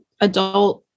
adult